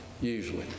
usually